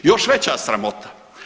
Još veća sramota.